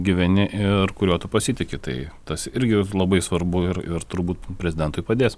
gyveni ir kuriuo tu pasitiki tai tas irgi labai svarbu ir ir turbūt prezidentui padės